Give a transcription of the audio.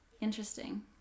interesting